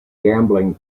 gambling